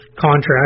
contract